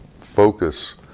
focus